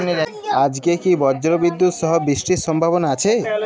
আজকে কি ব্রর্জবিদুৎ সহ বৃষ্টির সম্ভাবনা আছে?